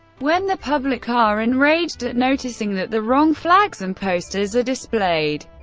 when the public are enraged at noticing that the wrong flags and posters are displayed,